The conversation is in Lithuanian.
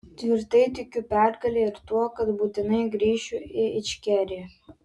tvirtai tikiu pergale ir tuo kad būtinai grįšiu į ičkeriją